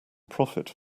profit